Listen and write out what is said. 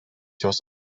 jos